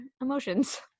emotions